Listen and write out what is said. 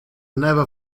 never